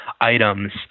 items